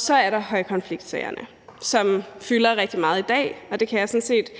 Så er der højkonfliktsagerne, som fylder rigtig meget i dag, og det kan jeg sådan set